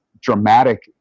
dramatic